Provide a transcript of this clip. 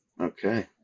Okay